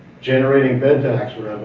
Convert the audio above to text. generating bed tax